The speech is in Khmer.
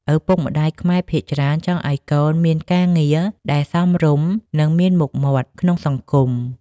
ឪពុកម្តាយខ្មែរភាគច្រើនចង់ឱ្យកូនមានការងារដែល "សមរម្យ" និង "មានមុខមាត់" ក្នុងសង្គម។